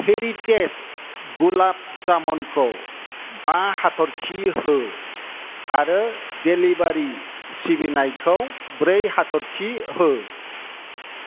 heritage गुलाब जामुनखौ बा हाथरखि हो आरो देलिबारि सिबिनायखौ ब्रै हाथरखि हो